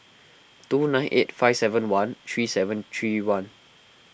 two nine eight five seven one three seven three one